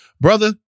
Brother